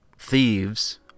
thieves